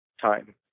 time